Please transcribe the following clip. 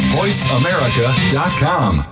voiceamerica.com